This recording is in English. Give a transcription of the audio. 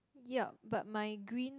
yup but my green